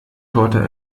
torte